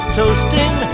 toasting